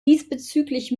diesbezüglich